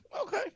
Okay